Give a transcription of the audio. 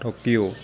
Tokyo